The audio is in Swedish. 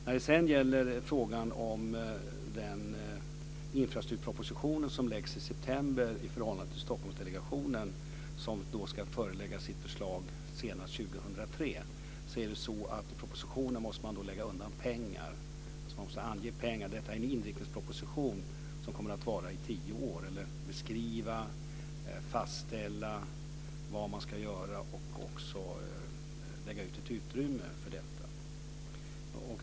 När det sedan gäller frågan om den infrastrukturproposition som läggs fram i september, i förhållande till Stockholmsdelegationen som då ska förelägga sitt förslag senast 2003, är det så att i propositionen måste man lägga undan pengar. Man måste alltså ange pengar. Detta är en inriktningsproposition som kommer att gälla under tio år. Den ska beskriva och fastställa vad man ska göra och också lägga ut ett utrymme för detta.